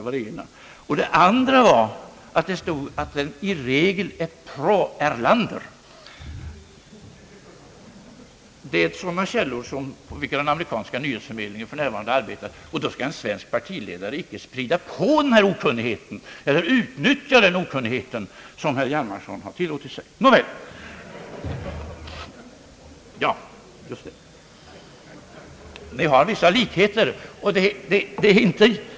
För det andra sades det att Expressen i regel är pro-Erlander. Det är sådana källor som den amerikanska nyhetsförmedlingen för närvarande arbetar efter. Då skall icke en svensk partiledare späda på den okunnigheten såsom herr Hjalmarson har tillåtit sig — ja, förlåt, jag menar herr Holmberg. Herrarna har vissa likheter.